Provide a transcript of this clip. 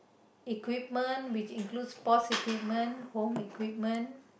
equipment which includes sports equipment home equipment